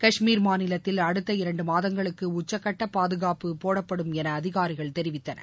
காஷ்மீர் மாநிலத்தில் அடுத்த இரண்டு மாதங்களுக்கு உச்சக்கட்ட பாதுகாப்பு போடப்படும் என அதிகாரிகள் தெரிவித்தனர்